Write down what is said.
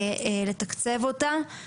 לתקצב אותה,